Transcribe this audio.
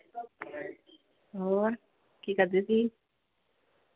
ਹੋਰ ਕੀ ਕਰਦੇ ਸੀ